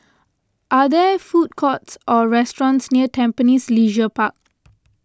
are there food courts or restaurants near Tampines Leisure Park